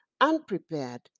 unprepared